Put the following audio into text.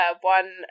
One